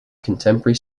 contemporary